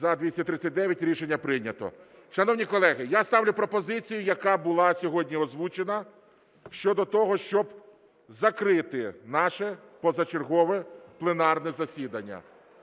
За – 239. Рішення прийнято. Шановні колеги, я ставлю пропозицію, яка була сьогодні озвучена, щодо того, щоб закрити наше позачергове пленарне засідання